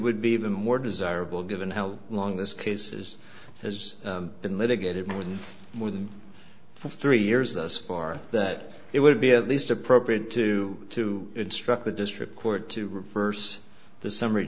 would be even more desirable given how long this case is has been litigated more than more than three years thus far that it would be at least appropriate to to instruct the district court to reverse the summary